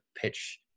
pitch